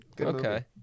Okay